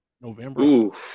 November